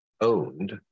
owned